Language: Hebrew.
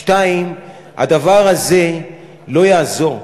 שתיים, הדבר הזה לא יעזור,